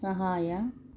ಸಹಾಯ